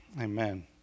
Amen